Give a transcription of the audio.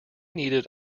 needed